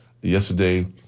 yesterday